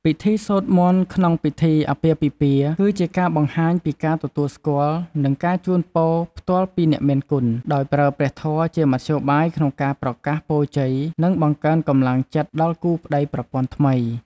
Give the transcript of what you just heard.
ពិធីសូត្រមន្តក្នុងពិធីអាពាហ៍ពិពាហ៍ គឺជាការបង្ហាញពីការទទួលស្គាល់ និងការជូនពរផ្ទាល់ពីអ្នកមានគុណ ដោយប្រើព្រះធម៌ជាមធ្យោបាយក្នុងការប្រកាសពរជ័យ និងបង្កើនកម្លាំងចិត្តដល់គូប្ដីប្រពន្ធថ្មី។